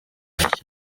ishyaka